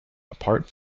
apart